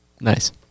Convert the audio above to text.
Nice